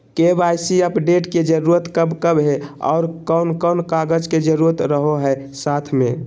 KYC update के जरूरत कब कब है और कौन कौन कागज के जरूरत रहो है साथ में?